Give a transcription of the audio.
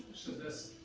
soon as